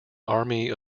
army